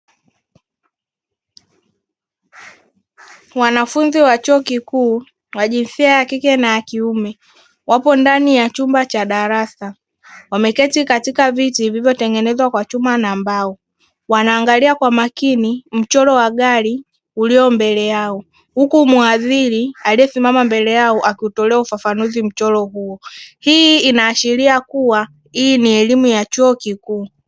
Wanafunzi wa chuo kikuu wa jinsia ya kike na ya kiume wapo ndani ya chumba cha darasa, wameketi katika viti vilivyotengenezwa kwa chuma na mbao wanaangalia kwa makini mchoro wa gari ulio mbele yao huku muhadhiri aliye simama mbele yao akiutolea ufafanuzi mchoro huo, hii inaashiria kuwa hii ni elimu ya chuo kikuu.